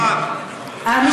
אנחנו זוכרים את ההצהרה שלו, כן.